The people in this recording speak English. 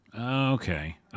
Okay